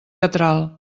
catral